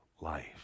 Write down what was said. life